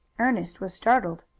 ernest was startled.